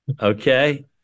okay